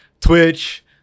Twitch